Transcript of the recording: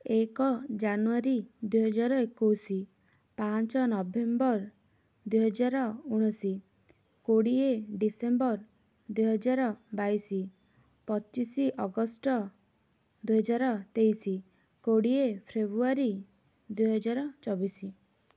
ଏକ ଜାନୁଆରୀ ଦୁଇହଜାର ଏକୋଇଶି ପାଞ୍ଚ ନଭେମ୍ବର୍ ଦୁଇହଜାର ଉଣେଇଶି କୋଡ଼ିଏ ଡିସେମ୍ବର୍ ଦୁଇହଜାର ବାଇଶି ପଚିଶି ଅଗଷ୍ଟ ଦୁଇହଜାର ତେଇଶି କୋଡ଼ିଏ ଫେବୃଆରୀ ଦୁଇହଜାର ଚବିଶି